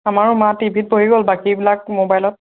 আমাৰো মা টিভিত বহি গ'ল বাকীবিলাক ম'বাইলত